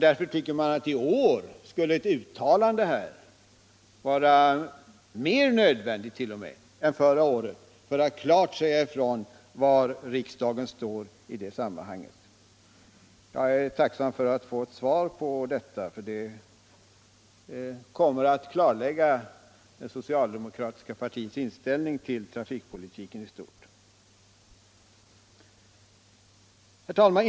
Därför tycker man att i år skulle ett uttalande här vara t.o.m. mer nödvändigt än förra året för att klart säga ifrån var riksdagen står i det sammanhanget. Jag är tacksam för att få svar på min fråga, för detta kommer att klarlägga det socialdemokratiska partiets inställning till trafikpolitiken I stort. Herr talman!